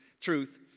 Truth